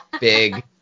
big